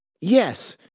yes